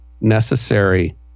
necessary